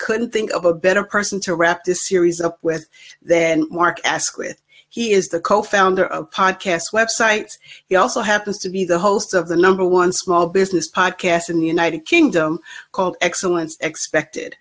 couldn't think of a better person to wrap this series up with then mark asked with he is the co founder of podcasts websites he also happens to be the host of the number one small business podcast in the united kingdom called excellence expected